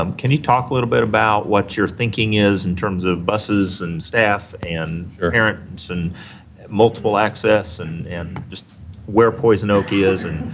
um can you talk a little bit about what your thinking is in terms of busses and staff and parents and multiple access and and just where poison oak is and.